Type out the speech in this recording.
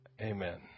Amen